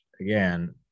again